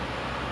like it's